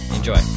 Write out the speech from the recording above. Enjoy